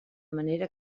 manera